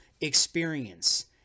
experience